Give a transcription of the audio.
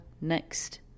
next